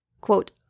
Quote